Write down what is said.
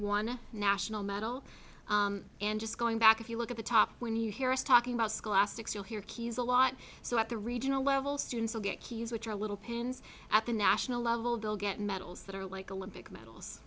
one national medal and just going back if you look at the top when you hear us talking about scholastic so here key is a lot so at the regional level students will get keys which are a little pins at the national level they'll get medals that are like a limb pick medals